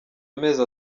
amezi